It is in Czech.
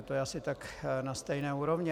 To je asi tak na stejné úrovni.